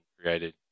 created